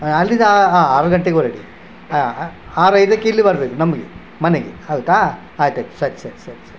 ಅಲ್ಲಿಂದ ಹಾಂ ಆರು ಗಂಟೆಗೆ ಹೊರಡಿ ಹಾಂ ಆರು ಐದಕ್ಕೆ ಇಲ್ಲಿಗೆ ಬರ್ಬೇಕು ನಮಗೆ ಮನೆಗೆ ಹೌದಾ ಆಯ್ತು ಆಯ್ತು ಸರಿ ಸರಿ ಸರಿ ಸರಿ